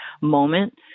moment